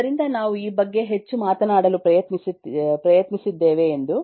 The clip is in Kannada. ಆದ್ದರಿಂದ ನಾವು ಈ ಬಗ್ಗೆ ಹೆಚ್ಚು ಮಾತನಾಡಲು ಪ್ರಯತ್ನಿಸಿದ್ದೇವೆ ಎಂದು